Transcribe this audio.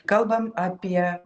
kalbam apie